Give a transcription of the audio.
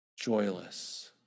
joyless